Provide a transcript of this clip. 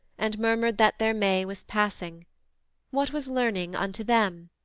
and murmured that their may was passing what was learning unto them?